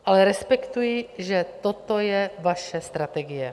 Ale respektuji, že toto je vaše strategie.